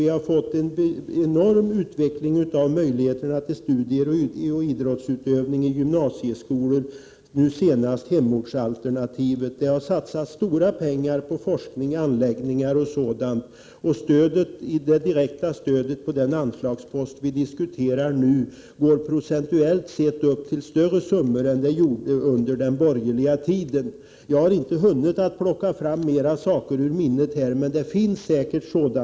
Vi har fått en enorm utveckling av möjligheter till studier och idrottsutövning i gymnasieskolor. Nu senast har vi hemortsalternativet. Det har satsats stora pengar på forskning och anläggningar osv. Det direkta stödet på den anslagspost vi diskuterar nu går procentuellt sett upp till större summor än under den borgerliga tiden. Jag har inte hunnit plocka fram fler saker ur minnet, men det finns säkert mer.